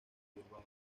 bilbao